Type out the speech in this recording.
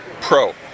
Pro